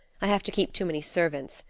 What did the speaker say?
i have to keep too many servants.